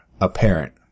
apparent